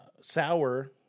sour